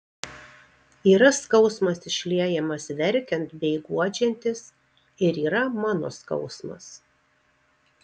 yra skausmas išliejamas verkiant bei guodžiantis ir yra mano skausmas